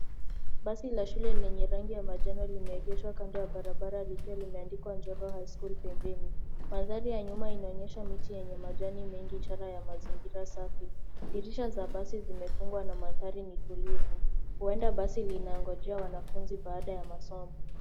Basi ya shule lenye rangi ya manjano limeegeshwa kando ya barabara likiwa limeandikwa Njoro Highschool pembeni. Mandhari ya nyuma inaonyesha miti yenye majani mengi ishara ya mazingira safi . Dirisha za basi zimepambwa na mandhari tulivu, huenda basi linangoja wanafunzi baada ya masomo.